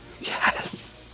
Yes